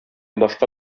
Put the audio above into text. башка